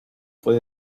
fue